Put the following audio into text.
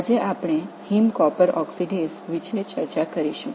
இன்று நாம் heme copper ஆக்ஸிடேஸ்கள் பற்றி விவாதிப்போம்